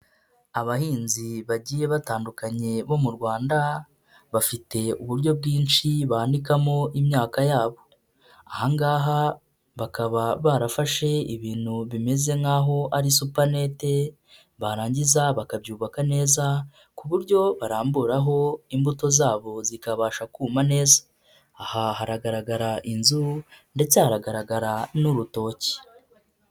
Abahinzi bagiye batandukanye bo mu Rwanda, bafite uburyo bwinshi banikamo imyaka yabo, aha ngaha bakaba barafashe ibintu bimeze nk'aho ari supanete, barangiza bakabyubaka neza, ku buryo baramburaho imbuto zabo zikabasha kuma neza, aha hagaragara inzu ndetse hagaragara n'urutoki.